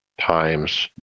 times